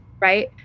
right